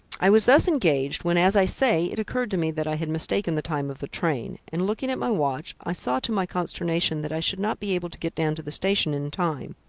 i was thus engaged when, as i say, it occurred to me that i had mistaken the time of the train, and, looking at my watch, i saw to my consternation that i should not be able to get down to the station in time.